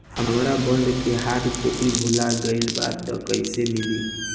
हमार बॉन्ड के hard copy भुला गएलबा त कैसे मिली?